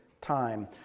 time